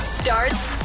starts